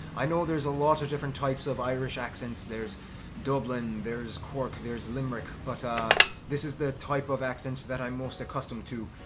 i know there's a lot of different types of irish accents there's dublin, there's cork, there's limerick, but this is the type of accent that i'm most accustomed to.